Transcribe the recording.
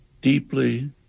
deeply